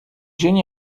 dzień